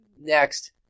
next